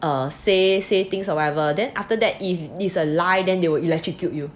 err say say things or whatever then after that if is a lie then they will electrocute you